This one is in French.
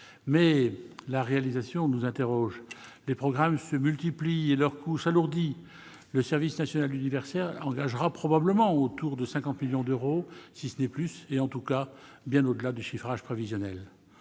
Mais la réalisation nous interroge : les programmes se multiplient et leur coût s'alourdit. Le service national universel (SNU) engagera probablement autour de 50 millions d'euros- si ce n'est plus -, bien au-delà du chiffrage prévisionnel.